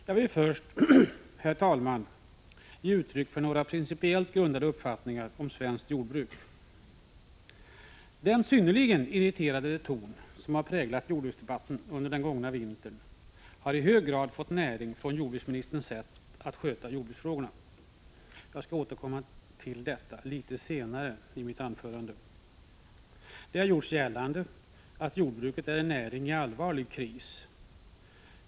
Jag vill först, herr talman, ge uttryck för några pricipiella uppfattningar om svenskt jordbruk. Den synnerligen irriterade ton som har präglat jordbruksdebatten under den gångna vintern har i hög grad fått näring från jordbruksministerns sätt att sköta jordbruksfrågorna. Jag skall återkomma till detta litet senare i mitt anförande. Det har gjorts gällande att jordbruket är en näring i allvarlig kris.